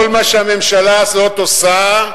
כל מה שהממשלה הזאת עושה,